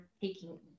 taking